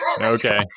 Okay